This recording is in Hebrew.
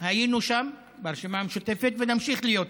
היינו שם, הרשימה המשותפת, ונמשיך להיות שם.